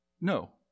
no